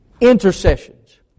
Intercessions